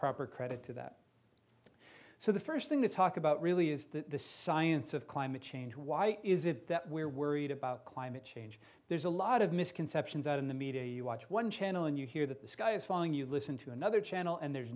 proper credit to that so the first thing they talk about really is the science of climate change why is it that we're worried about climate change there's a lot of misconceptions out in the media you watch one channel and you hear that the sky is falling you listen to another channel and there's